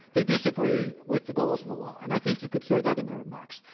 they disagree with the goals of the law. and i think you could hear that in their remarks.